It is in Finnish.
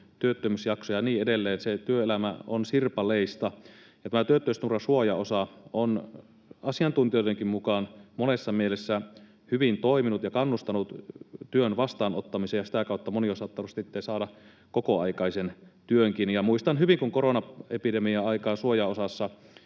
työttömyysjaksojakin ja niin edelleen. Se työelämä on sirpaleista. Tämä työttömyysturvan suojaosa on asiantuntijoidenkin mukaan monessa mielessä hyvin toiminut ja kannustanut työn vastaanottamiseen, ja sitä kautta moni on saattanut sitten saada kokoaikaisen työnkin. Muistan hyvin, kun koronaepidemian aikaa suojaosaa